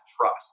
trust